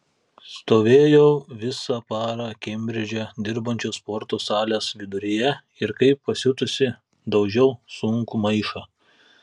stovėjau visą parą kembridže dirbančios sporto salės viduryje ir kaip pasiutusi daužiau sunkų maišą